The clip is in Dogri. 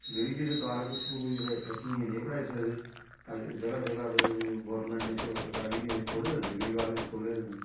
गरीबी दे कारण कुछ लोग जेह्ड़े बच्चियें गी नेईं पढ़ाई सकदे अज्ज ज'गा जगा गौरमैंट ने चलो सरकारी खोह्ल्ले दे न डिग्री कालज खोह्ल्ले दे न